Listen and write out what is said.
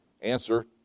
answer